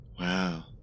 Wow